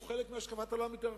הוא חלק מהשקפת עולם יותר רחבה.